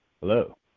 Hello